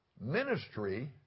ministry